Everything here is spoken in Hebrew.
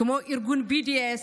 כמו ארגון BDS,